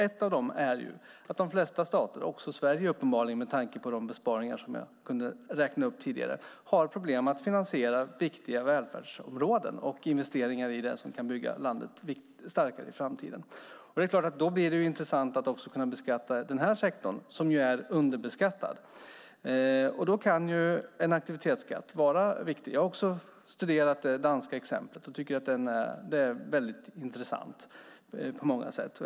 Ett av dem är att de flesta stater, uppenbarligen också Sverige med tanke på de besparingar som jag kunde räkna upp tidigare, har problem att finansiera viktiga välfärdsområden och investeringar i det som kan bygga landet starkare i framtiden. Då blir det intressant att också kunna beskatta denna sektor som är underbeskattad. Då kan en aktivitetsskatt vara viktig. Jag har också studerat det danska exemplet och tycker att det är mycket intressant på många sätt.